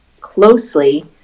closely